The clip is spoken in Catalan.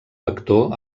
vector